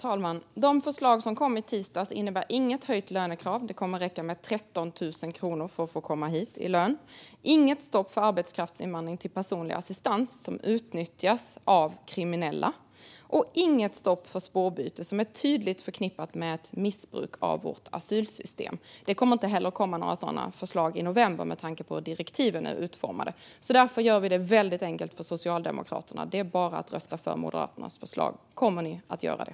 Fru talman! De förslag som kom i tisdags innebär inget höjt lönekrav. Det kommer att räcka med 13 000 kronor i lön för att få komma hit. Det är inget stopp för arbetskraftsinvandring till personlig assistans, som utnyttjas av kriminella, och inget stopp för spårbyte, som är tydligt förknippat med ett missbruk av vårt asylsystem. Det kommer inte heller att komma några sådana förslag i november med tanke på hur direktiven är utformade. Därför gör vi det väldigt enkelt för Socialdemokraterna. Det är bara att rösta för Moderaternas förslag. Kommer ni att göra det?